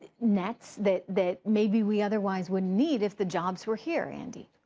nets that that maybe we otherwise wouldn't need if the jobs were here, andy?